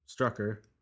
Strucker